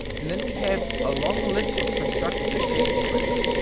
and then we have a long list of constructed escape sequences.